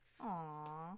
Aw